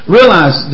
realize